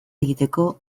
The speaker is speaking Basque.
egiteko